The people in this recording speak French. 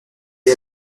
est